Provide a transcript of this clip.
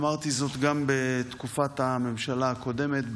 אמרתי זאת גם בתקופת הממשלה הקודמת,